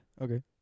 Okay